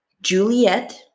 Juliet